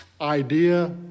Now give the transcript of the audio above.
idea